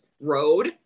road